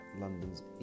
London's